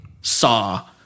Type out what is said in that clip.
saw